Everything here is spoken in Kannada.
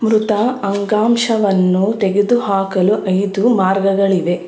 ಮೃತ ಅಂಗಾಂಶವನ್ನು ತೆಗೆದುಹಾಕಲು ಐದು ಮಾರ್ಗಗಳಿವೆ